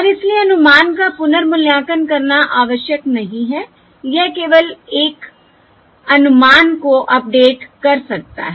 और इसलिए अनुमान का पुनर्मूल्यांकन करना आवश्यक नहीं है यह केवल एक अनुमान को अपडेट कर सकता है